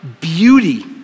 beauty